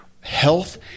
health